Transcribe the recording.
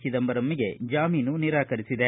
ಚಿದಂಬರಂಗೆ ಜಾಮೀನು ನಿರಾಕರಿಸಿದೆ